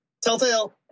Telltale